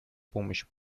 помощи